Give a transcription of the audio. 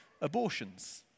abortions